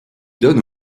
donne